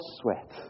sweat